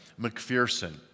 McPherson